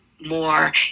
more